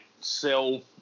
sell